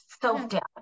self-doubt